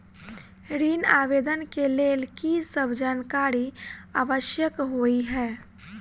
ऋण आवेदन केँ लेल की सब जानकारी आवश्यक होइ है?